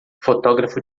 fotógrafo